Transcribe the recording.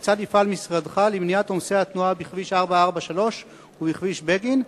כיצד יפעל משרדך למניעת עומס התנועה בכביש 443 ובכביש בגין,